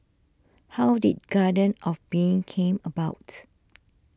how did Garden of Being came about